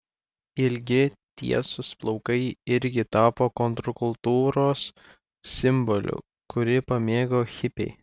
ilgi tiesūs plaukai irgi tapo kontrkultūros simboliu kurį pamėgo hipiai